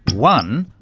one,